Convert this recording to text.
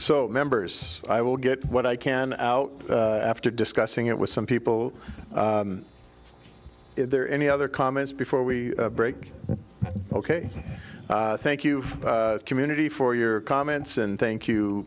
so members i will get what i can out after discussing it with some people is there any other comments before we break ok thank you community for your comments and thank you